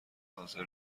حاضر